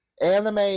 anime